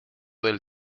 del